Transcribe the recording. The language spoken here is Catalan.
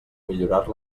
millorar